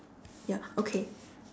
ya okay